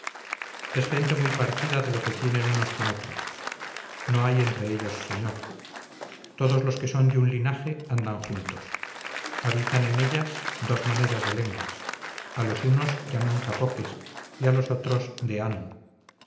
es gente muy partida de lo que tienen unos con otros no hay entre ellos señor todos los que son de un linaje andan juntos habitan en ellas dos maneras de lenguas a los unos llaman capoques y a los otros de han